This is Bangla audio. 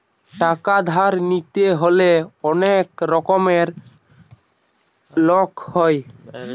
টাকা ধার নিতে হলে অনেক রকমের লোক হয়